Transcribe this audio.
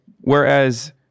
Whereas